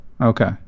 Okay